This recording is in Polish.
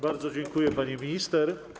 Bardzo dziękuję, pani minister.